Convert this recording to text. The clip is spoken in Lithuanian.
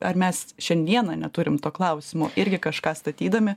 ar mes šiandieną neturim to klausimų irgi kažką statydami